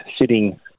sitting